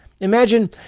Imagine